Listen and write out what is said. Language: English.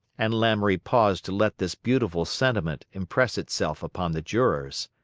and lamoury paused to let this beautiful sentiment impress itself upon the jurors.